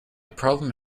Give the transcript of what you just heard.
problem